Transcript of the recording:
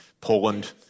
Poland